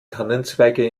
tannenzweige